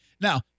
Now